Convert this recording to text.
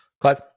Clive